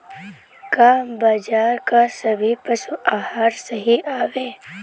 का बाजार क सभी पशु आहार सही हवें?